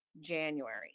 January